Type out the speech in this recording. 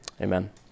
Amen